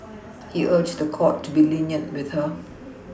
he urged the court to be lenient with her